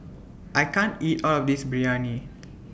I can't eat All of This Biryani